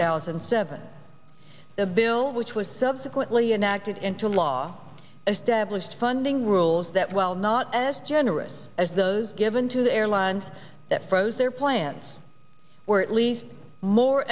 thousand and seven a bill which was subsequently enacted into law established funding rules that while not as generous as those given to the airlines that froze their plants or at least more